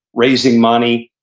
raising money,